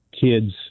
kids